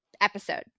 episode